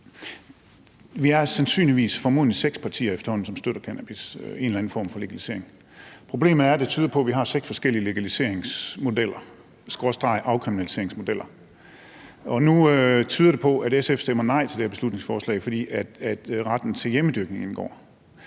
Vi er sandsynligvis, formodentlig, seks partier efterhånden, som støtter en eller anden form for legalisering af cannabis. Problemet er, at noget tyder på, at vi har seks forskellige legaliseringsmodeller skråstreg afkriminaliseringsmodeller. Nu tyder det på, at SF stemmer nej til det her beslutningsforslag, fordi retten til hjemmedyrkning indgår.